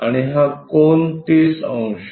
आणि हा कोन 30 अंश